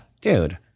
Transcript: dude